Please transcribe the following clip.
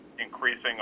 increasing